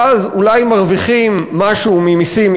ואז אולי מרוויחים משהו ממסים,